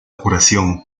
curación